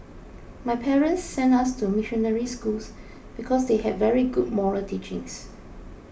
my parents sent us to missionary schools because they had very good moral teachings